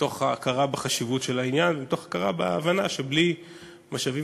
מתוך הכרה בחשיבות של העניין ומתוך הבנה שבלי משאבים